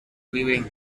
weaving